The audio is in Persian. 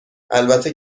البته